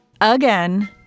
Again